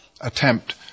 attempt